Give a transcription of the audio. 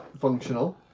functional